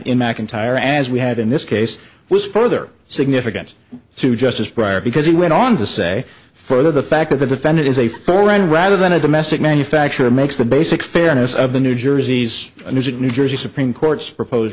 in mcintyre as we have in this case was further significant to justice prior because he went on to say for the fact that the defendant is a foreign rather than a domestic manufacturer makes the basic fairness of the new jersey's music new jersey supreme court's propose